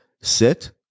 Sit